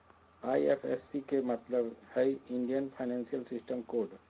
IFSC के मतलब हइ इंडियन फाइनेंशियल सिस्टम कोड